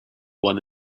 one